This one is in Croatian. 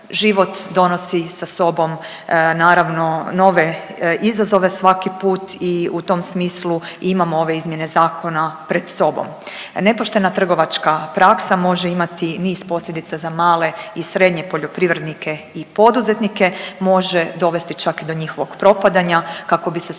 život donosi sa sobom naravno nove izazove svaki put i u tom smislu i imamo ove izmjene zakona pred sobom. Nepoštena trgovačka praksa može imati niz posljedica za male i srednje poljoprivrednike i poduzetnike, može dovesti čak i do njihovog propadanja kako bi se suzbila